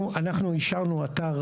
אתר אישרנו אתר